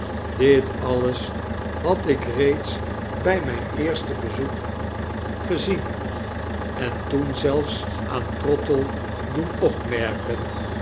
dit alles had ik reeds by myn eerste bezoek gezien en toen zelfs aan trottle doen opmerken